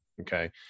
Okay